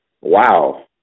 wow